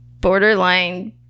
borderline